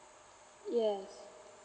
yes